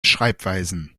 schreibweisen